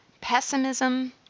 pessimism